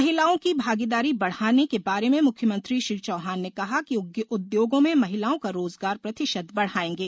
महिलाओं की भागीदारी बढ़ाने के बारे में मुख्यमंत्री श्री चौहान ने कहा कि उद्योगों में महिलाओं का रोजगार प्रतिशत बढ़ाएंगे